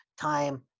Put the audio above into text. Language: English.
time